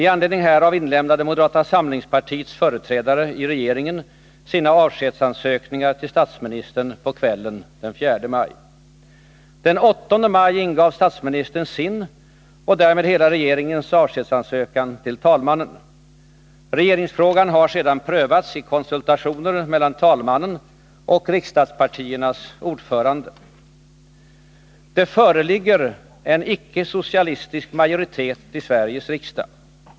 I anledning härav inlämnade moderata samlingspartiets företrädare i regeringen sina avskedsansökningar till statsministern på kvällen den 4 maj. Den 8 maj ingav statsministern sin och därmed hela regeringens avskedsansökan till talmannen. Regeringsfrågan har sedan prövats i konsultationer mellan talmannen och riksdagspartiernas ordförande. Det föreligger en icke-socialistisk majoritet i Sveriges riksdag.